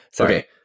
Okay